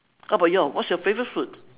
how about your what's your favorite food